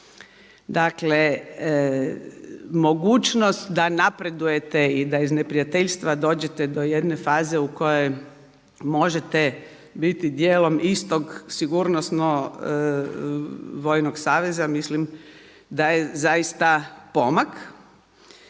Dakle mogućnost da napredujete i da iz neprijateljstva dođete do jedne faze u kojoj možete biti dijelom istog sigurnosno vojnog saveza, mislim da je zaista pomak.